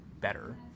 better